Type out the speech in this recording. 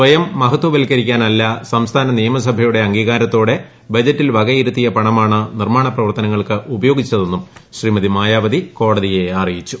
സ്വയം മഹത്വൽക്കരിക്കാനല്ല സംസ്ഥാന നിയമസഭ്യുടെ അംഗീകാരത്തോടെ ബജറ്റിൽ വകയിരുത്തിയ പണമാണ് നിർമ്മാണ പ്രവർത്തനങ്ങൾക്ക് ഉപയോഗിച്ചതെന്നും ശ്രീമതി മായാവതി കോടതിയെ അറിയിച്ചു